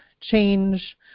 change